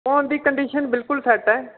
phone दी condition बिलकुल set ऐ